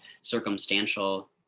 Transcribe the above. circumstantial